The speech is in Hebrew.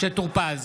משה טור פז,